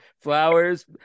flowers